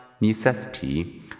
necessity